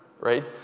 right